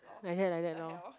like that like that lor